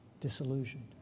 disillusioned